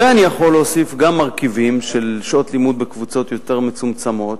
ואני יכול להוסיף גם מרכיבים של שעות לימוד בקבוצות יותר מצומצמות,